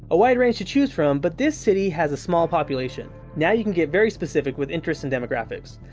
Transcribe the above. a wide range to choose from but this city has a small population. now you can get very specific with interest and demographics.